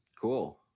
cool